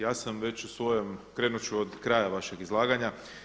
Ja sam već u svojem, krenut ću od kraja vašeg izlaganja.